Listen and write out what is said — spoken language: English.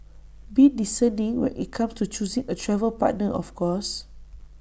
be discerning when IT comes to choosing A travel partner of course